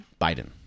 Biden